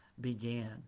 began